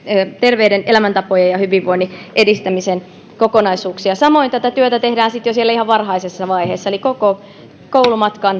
terveiden elämäntapojen ja hyvinvoinnin edistämisen kokonaisuuksia samoin tätä työtä tehdään sitten jo siellä ihan varhaisessa vaiheessa eli koko